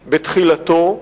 בתחילתו,